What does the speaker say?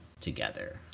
together